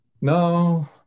no